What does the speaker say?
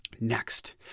Next